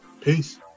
Peace